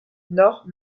nord